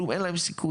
כלום, אין להם סיכוי.